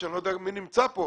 שאני לא יודע מי נמצא פה,